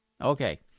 Okay